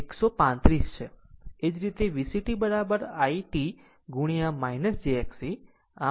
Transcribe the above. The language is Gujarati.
એ જ રીતે VC t i t j X C